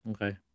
Okay